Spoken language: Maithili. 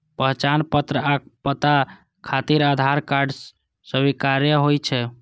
पहचान पत्र आ पता खातिर आधार कार्ड स्वीकार्य होइ छै